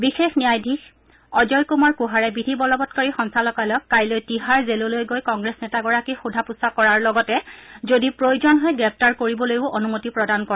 বিশেষ ন্যায়াধীশ অজয় কুমাৰ কুহাৰে বিধি বলবৎকাৰী সঞ্চালকালয়ক কাইলৈ তিহাৰ জেললৈ গৈ কংগ্ৰেছী নেতাগৰাকীক সোধা পোচা কৰাৰ লগতে যদি প্ৰয়োজন হয় গ্ৰেপ্তাৰ কৰিবলৈও অনুমতি প্ৰদান কৰে